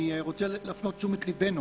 אני רוצה להפנות את תשומת ליבנו